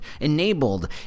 enabled